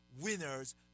winners